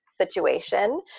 situation